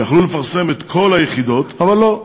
היו יכולים לפרסם את כל היחידות, אבל לא,